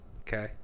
Okay